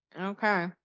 Okay